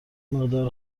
مقدار